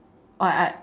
or I